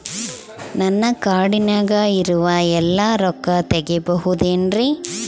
ನನ್ನ ಕಾರ್ಡಿನಾಗ ಇರುವ ಎಲ್ಲಾ ರೊಕ್ಕ ತೆಗೆಯಬಹುದು ಏನ್ರಿ?